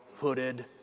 hooded